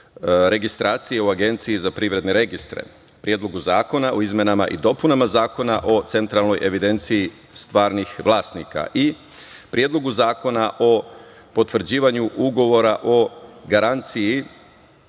registracije u Agenciji za privredne registre, Predlogu zakona o izmenama i dopunama Zakona o centralnoj evidenciji stvarnih vlasnika, i Predlogu zakona o potvrđivanju ugovora o garanciji